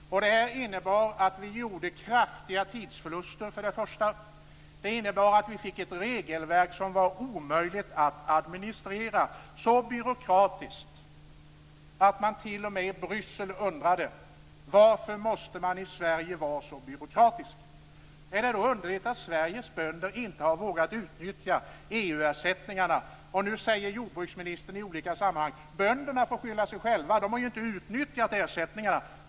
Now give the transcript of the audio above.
Det innebar kraftiga tidsförluster. Det innebar också att vi fick ett regelverk som det var omöjligt att administrera. Det var så byråkratiskt att man t.o.m. i Bryssel undrade varför Sverige måste vara så byråkratiskt. Är det då underligt att Sveriges bönder inte har vågat utnyttja EU-ersättningarna? Nu säger jordbruksministern i olika sammanhang: Bönderna får skylla sig själva. De har ju inte utnyttjat ersättningarna.